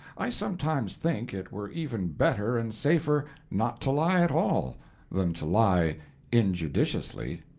i sometimes think it were even better and safer not to lie at all than to lie injudiciously.